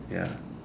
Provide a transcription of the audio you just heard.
ya